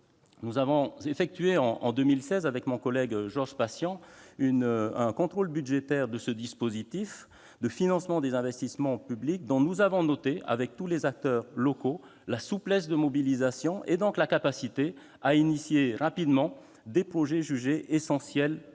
avons effectué en 2016 un contrôle budgétaire de ce dispositif de financement des investissements publics dont nous avons noté, avec tous les acteurs locaux, la souplesse de mobilisation et la capacité à initier rapidement des projets jugés essentiels